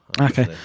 Okay